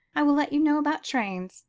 i will let you know, about trains.